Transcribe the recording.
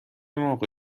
موقع